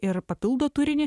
ir papildo turinį